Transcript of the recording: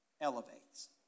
elevates